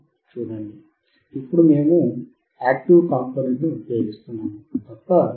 చూడండి ఇప్పుడు మేము యాక్టివ్ కాంపొనెంట్ ని ఉపయోగిస్తున్నాము తప్ప మిగతావి అన్నీ ఒకేలా